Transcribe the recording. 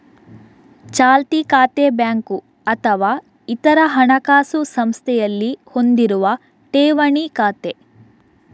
ಚಾಲ್ತಿ ಖಾತೆ ಬ್ಯಾಂಕು ಅಥವಾ ಇತರ ಹಣಕಾಸು ಸಂಸ್ಥೆಯಲ್ಲಿ ಹೊಂದಿರುವ ಠೇವಣಿ ಖಾತೆ